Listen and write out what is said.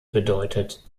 bedeutet